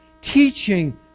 teaching